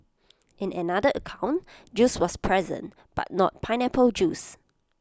in another account juice was present but not pineapple juice